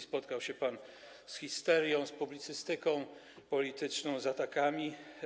Spotkał się pan z histerią, publicystyką polityczną, atakami.